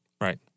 Right